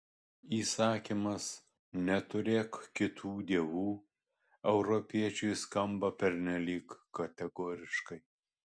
įsakymas neturėk kitų dievų europiečiui skamba pernelyg kategoriškai